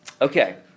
Okay